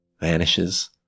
vanishes